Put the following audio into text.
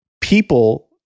people